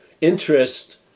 interest